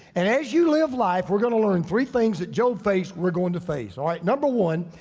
and as you live life, we're gonna learn three things that job faced, we're going to face all right. number one,